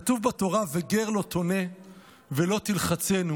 כתוב בתורה: "וגר לא תונה ולא תלחצנו